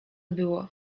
było